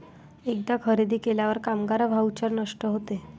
एकदा खरेदी केल्यावर कामगार व्हाउचर नष्ट होते